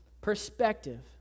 perspective